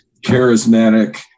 charismatic